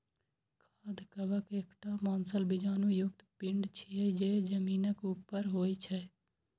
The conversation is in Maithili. खाद्य कवक एकटा मांसल बीजाणु युक्त पिंड छियै, जे जमीनक ऊपर होइ छै